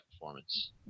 performance